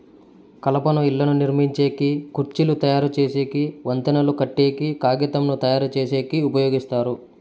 కలపను ఇళ్ళను నిర్మించేకి, కుర్చీలు తయరు చేసేకి, వంతెనలు కట్టేకి, కాగితంను తయారుచేసేకి ఉపయోగిస్తారు